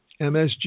MSG